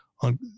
on